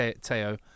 Teo